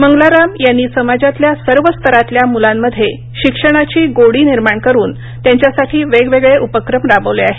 मंगलाराम यांनी समाजातल्या सर्व स्तरातल्या मुलांमध्ये शिक्षणाची गोडी निर्माण करून त्यांच्यासाठी वेगवेगळे उपक्रम राबवले आहेत